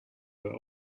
were